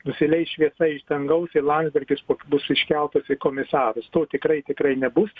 nusileis šviesa iš dangaus ir landsbergis bus iškeltas į komisarus to tikrai tikrai nebus